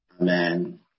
Amen